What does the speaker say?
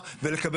עודפות,